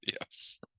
yes